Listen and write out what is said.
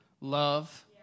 Love